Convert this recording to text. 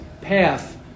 path